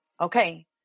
okay